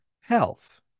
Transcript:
health